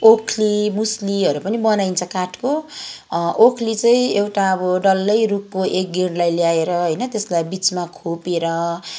ओख्ली मुस्लीहरू पनि बनाइन्छ काठको ओख्ली चाहिँ एउटा अब डल्लै रुखको एक गिडलाई ल्याएर होइन त्यसलाई बिचमा खोपेर